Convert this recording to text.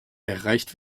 erreicht